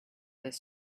this